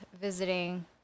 visiting